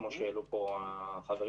כמו שהעלו פה החברים,